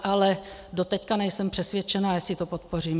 Ale doteď nejsem přesvědčena, jestli to podpořím.